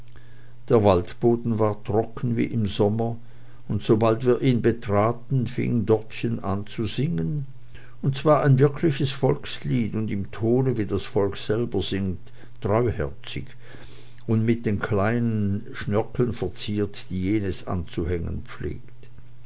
der waldboden war trocken wie im sommer und sobald wir ihn betraten fing dortchen an zu singen und zwar ein wirkliches volkslied und im tone wie das volk selber singt treuherzig und selbst mit den kleinen schnörkeln verziert die jenes anzuhängen pflegt